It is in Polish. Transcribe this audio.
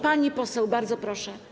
Pani poseł, bardzo proszę.